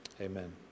Amen